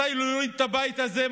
מתי להוריד את הבית הזה,